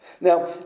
Now